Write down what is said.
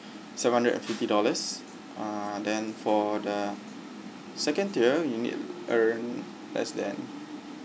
seven hundred and fifty dollars uh then for the second tier you need to earn less than